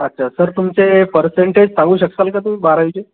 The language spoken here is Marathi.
अच्छा तर तुमचे परसेंटेज सांगू शकताल का तुम्ही बारावीचे